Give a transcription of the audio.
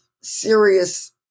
serious